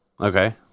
Okay